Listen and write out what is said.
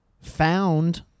Found